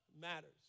matters